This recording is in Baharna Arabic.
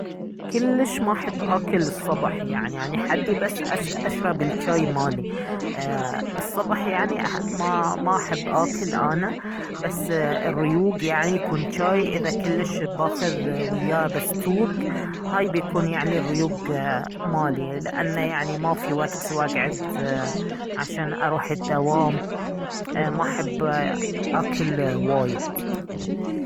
كلش ما احب اكل الصبح يعني يعني حدي بس اشرب الجاي مالي ايه الصبح يعني ما ما احب اكل انا بس ايه الريوق يعني يكون جاي اذا كلش باخذ وياه بستوق هاي بيكون يعني الريوق مالي لأنه يعني مافي وقت واقعد عشان اروح الدوام ايه ما احب اكل وايد